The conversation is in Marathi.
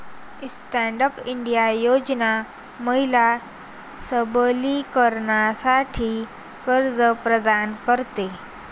स्टँड अप इंडिया योजना महिला सबलीकरणासाठी कर्ज प्रदान करते